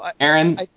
Aaron